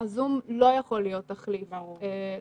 הזום לא יכול להיות תחליף ללמידה.